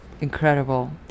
Incredible